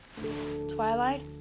Twilight